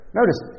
notice